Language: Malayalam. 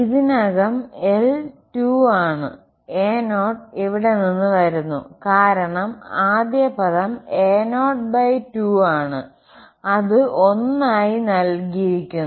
ഇതിനകം L 2 ആണ് a0 ഇവിടെ നിന്ന് വരുന്നു കാരണം ആദ്യ പദം a0 2 ആണ് അത് 1 ആയി നൽകിയിരിക്കുന്നു